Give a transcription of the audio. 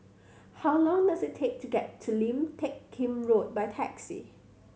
how long does it take to get to Lim Teck Kim Road by taxi